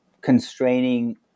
constraining